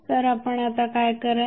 तर आपण आता काय कराल